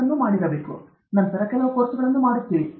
tech ಅನ್ನು ನೀವು ಮಾಡಬೇಕು ನಂತರ ನೀವು ಕೆಲವು ಕೋರ್ಸ್ಗಳನ್ನು ಮಾಡುತ್ತೀರಿ